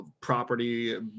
property